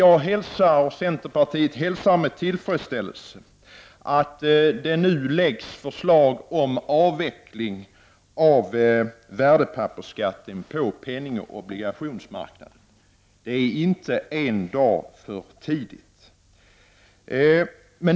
Jag och centerpartiet hälsar med tillfredsställelse att det nu läggs fram förslag om avveckling av värdepappersskatten på penningoch obligationsmarknaden. Det är inte en dag för tidigt.